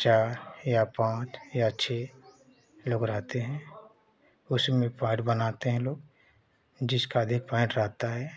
चार या पाँच या छः लोग रहते हैं उसी में पॉइंट बनाते हैं लोग जिसका अधिक पॉइंट रहता है